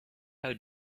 how